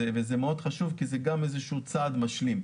וזה מאוד מחשוב כי זה גם איזה שהוא צעד משלים.